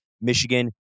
Michigan